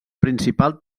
principal